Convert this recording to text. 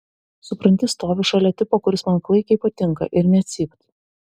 supranti stoviu šalia tipo kuris man klaikiai patinka ir nė cypt